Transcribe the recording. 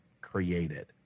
created